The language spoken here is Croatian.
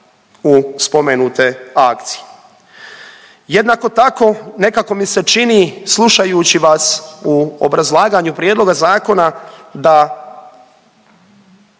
u spomenute akcije. Jednako tako nekako mi se čini slušajući vas u obrazlaganju prijedloga zakona da